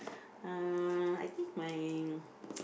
uh I think my